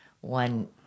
one